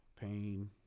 pain